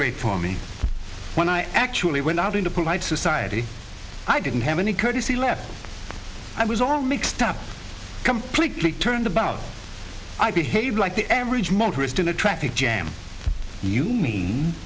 great for me when i actually went out into polite society i didn't have any courtesy left i was all mixed up completely turned about i behaved like the average motorist in a traffic jam you mean